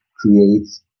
creates